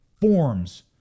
forms